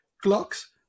clocks